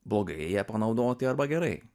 blogai ją panaudoti arba gerai